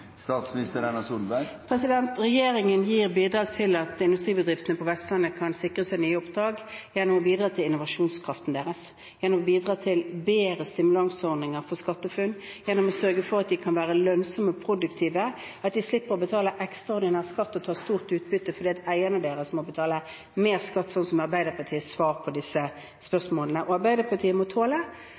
Regjeringen bidrar til at industribedriftene på Vestlandet kan sikre seg nye oppdrag ved å bedre innovasjonskraften deres, ved å bedre stimulanseordningene for SkatteFUNN, ved å sørge for at de kan være lønnsomme og produktive, ved at de slipper å betale ekstraordinær skatt og ta stort utbytte fordi eierne deres må betale mer skatt, som er Arbeiderpartiets svar på disse spørsmålene. Arbeiderpartiet må tåle,